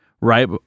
right